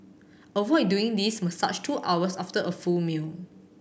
avoid doing this massage two hours after a full meal